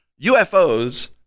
UFOs